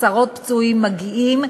עשרות פצועים מגיעים,